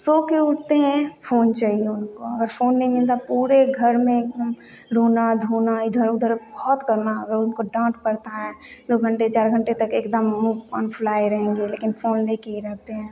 सोके उठते हैं फ़ोन चाहिए उनको और फ़ोन नहीं मिलता पूरे घर में एकदम रोना धोना इधर उधर बहुत करना अगर उनको डांट पडता है दो घंटे चार घंटे तक एकदम मुँह फुलाए रहेंगे लेकिन फ़ोन लेके ही रहते हैं